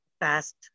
fast